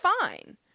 fine